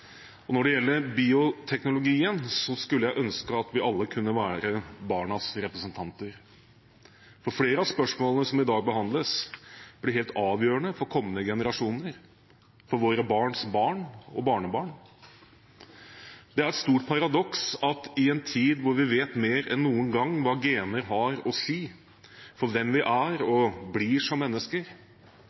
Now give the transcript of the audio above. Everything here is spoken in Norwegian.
barnebriller. Når det gjelder bioteknologien, skulle jeg ønske at vi alle kunne være barnas representanter, for flere av spørsmålene som i dag behandles, blir helt avgjørende for kommende generasjoner, for våre barns barn og barnebarn. Det er et stort paradoks at i en tid da vi vet mer enn noen gang hva gener har å si for hvem vi er og blir som mennesker,